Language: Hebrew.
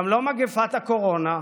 גם לא מגפת הקורונה,